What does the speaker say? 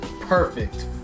perfect